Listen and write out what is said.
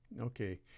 Okay